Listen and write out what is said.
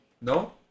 No